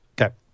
Okay